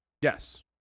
Yes